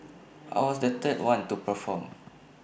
I was the third one to perform